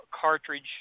cartridge